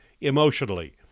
emotionally